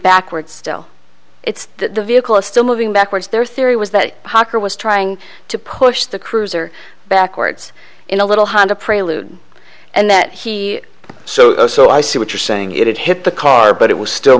backward still it's the vehicle is still moving backwards their theory was that how car was trying to push the cruiser backwards in a little honda prelude and that he so so i see what you're saying it hit the car but it was still